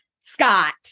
scott